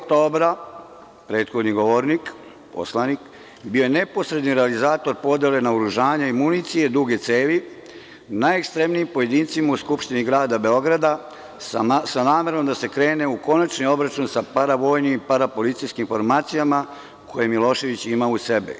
Kaže ovako – 5. oktobra prethodni govornik, poslanik, bio je neposredni realizator podele naoružanja i municije duge cevi najekstremnijim pojedincima u Skupštini Grada Beograda sa namerom da se krene u konačni obračun sa paravojnim i parapolicijskim formacijama koje je Milošević imao uz sebe.